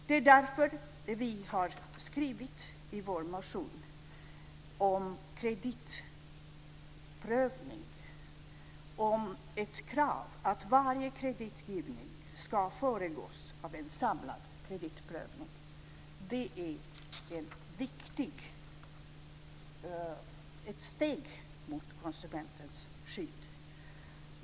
Det är därför vi har tagit upp frågan om kreditprövning i vår motion, nämligen att det ska vara ett krav att varje kreditgivning ska föregås av en samlad kreditprövning. Det är ett viktigt steg mot konsumentskydd.